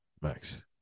Max